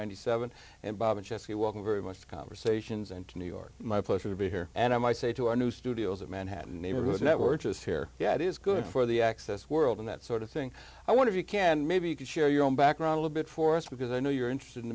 and seventy and bob and jesse welcome very much conversations and to new york my pleasure to be here and i might say to our new studios in manhattan neighborhood that we're just here yeah it is good for the access world and that sort of thing i want to you can maybe you can share your own background a bit for us because i know you're interested in